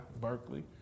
Berkeley